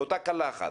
באותה קלחת.